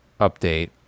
update